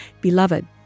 Beloved